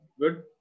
good